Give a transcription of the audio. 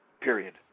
period